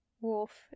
Wolf